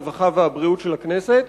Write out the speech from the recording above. הרווחה והבריאות של הכנסת,